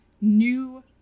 new